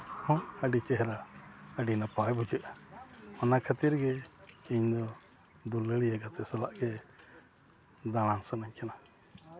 ᱚᱱᱟᱦᱚᱸ ᱟᱹᱰᱤ ᱪᱮᱦᱨᱟ ᱟᱹᱰᱤ ᱱᱟᱯᱟᱭ ᱵᱩᱡᱷᱟᱹᱜᱼᱟ ᱚᱱᱟ ᱠᱷᱟᱹᱛᱤᱨᱜᱮ ᱤᱧᱫᱚ ᱫᱩᱞᱟᱹᱲᱤᱭᱟᱹ ᱜᱟᱛᱮ ᱥᱟᱞᱟᱜ ᱜᱮ ᱫᱟᱬᱟᱱ ᱥᱟᱱᱟᱧ ᱠᱟᱱᱟ